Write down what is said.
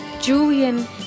Julian